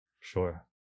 Sure